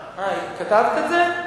כתבת את זה?